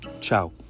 ciao